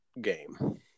game